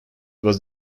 was